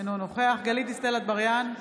אינו נוכח גלית דיסטל אטבריאן,